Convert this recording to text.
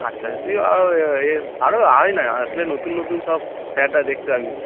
আচ্ছা আচ্ছা তুই এ আরও আয় না আসলে নতুন নতুন সব স্যাররা দেখতে পাবি